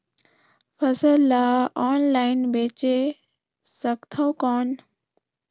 फसल ला ऑनलाइन बेचे सकथव कौन?